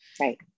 right